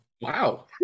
Wow